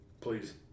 Please